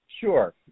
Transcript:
Sure